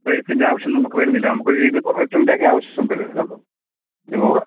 റേറ്റിൻ്റെ ആവശ്യം നമുക്ക് വരുന്നില്ല നമുക്കൊരു ഇരുന്നൂറ് ലിറ്ററിൻ്റെ ഒക്കെ ആവശ്യം വരുന്നുള്ളൂ ഇരുന്നൂറ്